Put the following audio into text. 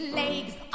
legs